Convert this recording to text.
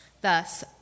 Thus